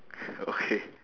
okay